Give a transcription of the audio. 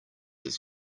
his